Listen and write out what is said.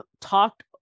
talked